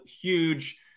huge